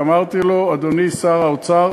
ואמרתי לו: אדוני שר האוצר,